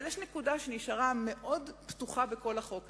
אבל יש נקודה שנשארה פתוחה בכל החוק הזה: